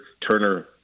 Turner